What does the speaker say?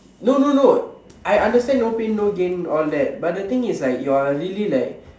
no no no I understand no pain no gain all that but the thing is you're really like